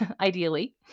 ideally